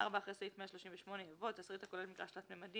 (4)אחרי סעיף 138 יבוא: "תשריט הכולל מגרש תלת־ממדי